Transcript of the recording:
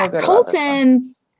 Colton's